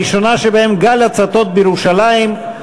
הראשונה שבהן: גל הצתות בירושלים,